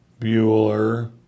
Bueller